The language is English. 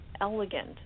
elegant